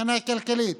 מבחינה כלכלית.